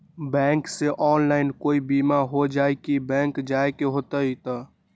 Bank से online कोई बिमा हो जाई कि बैंक जाए के होई त?